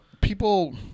people